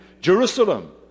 Jerusalem